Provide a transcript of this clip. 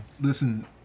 Listen